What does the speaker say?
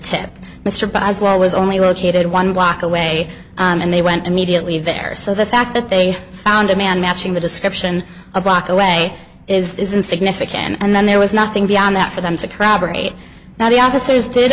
tip mr boswell was only located one block away and they went immediately there so the fact that they found a man matching the description a block away isn't significant and then there was nothing beyond that for them to corroborate now the officers did